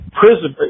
prison